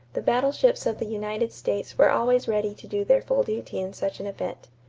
the battleships of the united states were always ready to do their full duty in such an event.